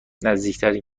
نزدیکترین